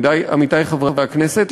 עמיתי חברי הכנסת,